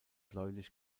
bläulich